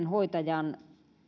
hoitajan